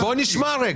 בואו נשמע.